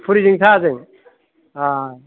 फुरिजों साहाजों